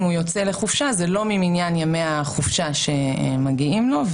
הוא יוצא לחופשה שלא ממניין ימי החופשה שמגיעים לו,